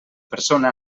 persona